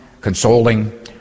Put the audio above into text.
consoling